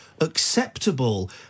acceptable